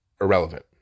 irrelevant